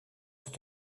sont